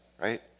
right